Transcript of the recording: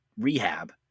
rehab